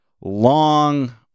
long